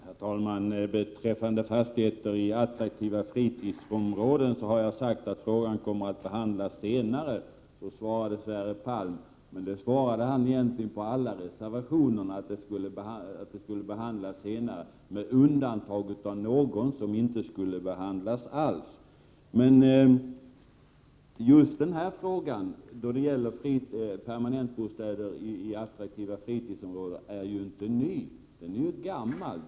Herr talman! Beträffande fastigheter i attraktiva fritidsområden har jag sagt att frågan kommer att behandlas senare, svarade Sverre Palm. Så bemötte han egentligen alla reservationerna, att frågorna skulle behandlas senare, med undantag för någon fråga, som inte skulle behandlas alls. Just frågan om permanentbostäder i attraktiva fritidsområden är inte ny. Den är gammal.